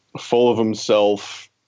full-of-himself